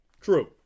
True